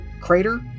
crater